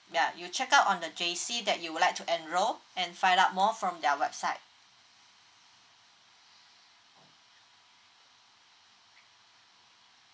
ya you check out on the J_C that you'd like to enroll and find out more from their website